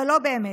אבל לא באמת.